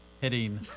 Hitting